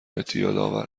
اعتیادآور